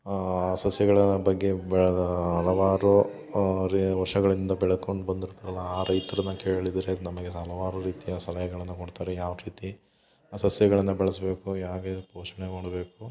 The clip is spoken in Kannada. ಸಸ್ಯಗಳ ಬಗ್ಗೆ ಬೆಳೆದ ಹಲವಾರು ಅರೇ ವರ್ಷಗಳಿಂದ ಬೆಳಕೊಂಡು ಬಂದಿರ್ತ್ರಲ್ಲ ಆ ರೈತರನ್ನ ಕೇಳಿದರೆ ನಮಗೆ ಹಲವಾರು ರೀತಿಯ ಸಲಹೆಗಳನ್ನ ಕೊಡ್ತಾರೆ ಯಾವ ರೀತಿ ಸಸ್ಯಗಳನ್ನ ಬೆಳೆಸಬೇಕು ಹೇಗೆ ಪೋಷಣೆ ಮಾಡಬೇಕು